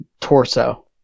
torso